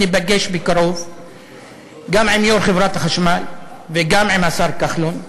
ניפגש בקרוב גם עם יושב-ראש חברת החשמל וגם עם השר כחלון ואנשיו,